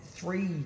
Three